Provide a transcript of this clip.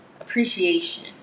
appreciation